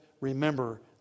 remember